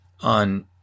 on